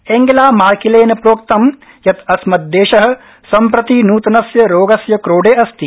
Angela मार्किलेन प्रोक्तं यत् अस्मत् देश सम्प्रति न्तनस्य रोगस्य क्रोडे अस्ति